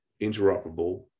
interoperable